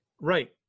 right